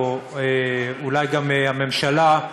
אולי גם הממשלה,